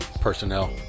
personnel